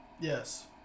Yes